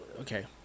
okay